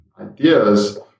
ideas